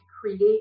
create